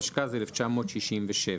התשכ"ז-1967.